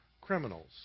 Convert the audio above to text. criminals